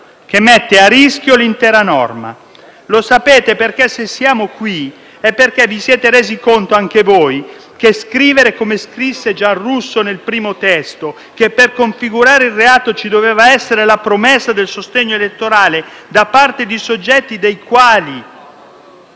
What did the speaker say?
che mette a rischio l'intera norma. Lo sapete, perché se siamo qui è perché vi siete resi conto anche voi che scrivere - come scrisse Giarrusso nel primo testo - che per configurare il reato ci doveva essere la promessa del sostegno elettorale da parte di soggetti dei quali